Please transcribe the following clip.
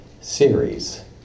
series